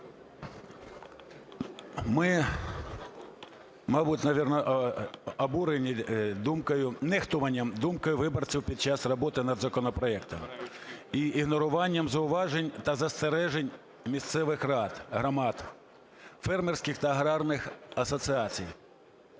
обурені думкою, нехтуванням думкою виборців під час роботи над законопроектом і ігноруванням зауважень та застережень місцевих рад, громад, фермерських та аграрних асоціацій.